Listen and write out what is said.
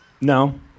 no